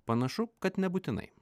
panašu kad nebūtinai